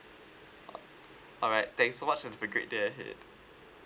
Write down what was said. alright thanks so much and have a great day ahead